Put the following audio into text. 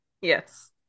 yes